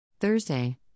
Thursday